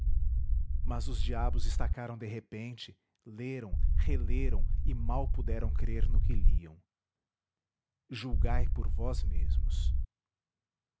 mas os diabos estacaram de repente leram releram e mal puderam crer no que liam julgai por vós mesmos